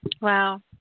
Wow